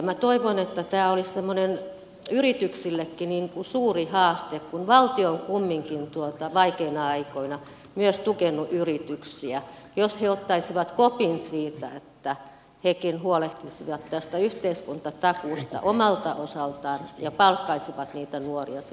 minä toivon että tämä olisi yrityksillekin semmoinen suuri haaste kun valtio on kumminkin vaikeina aikoina myös tukenut yrityksiä jos he ottaisivat kopin siitä että hekin huolehtisivat tästä yhteiskuntatakuusta omalta osaltaan ja palkkaisivat niitä nuoria sinne työharjoitteluun